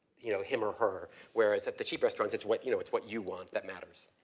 you know, him or her whereas at the cheap restaurants, it's what, you know, it's what you want that matters.